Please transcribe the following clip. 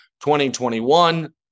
2021